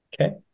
Okay